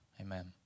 Amen